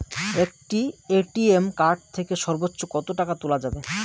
একটি ATM card থেকে সর্বোচ্চ কত টাকা তোলা যাবে?